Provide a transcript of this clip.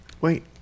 Wait